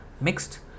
mixed